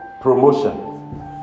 promotion